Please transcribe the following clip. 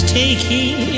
taking